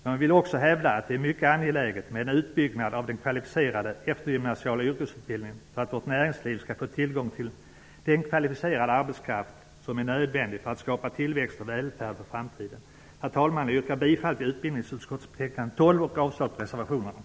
Men jag vill också hävda att det är mycket angeläget med en utbyggnad av den kvalificerade eftergymnasiala yrkesutbildningen för att vårt näringsliv skall få tillgång till den kvalificerade arbetskraft som är nödvändig för att skapa tillväxt och välfärd för framtiden. Herr talman! Jag yrkar bifall till utbildningsutskottets hemställan i betänkande 12